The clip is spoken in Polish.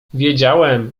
wiedziałem